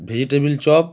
vegetable chop